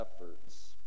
efforts